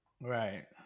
Right